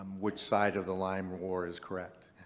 um which side of the lyme war is correct.